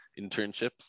internships